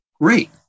great